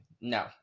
No